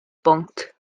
bwnc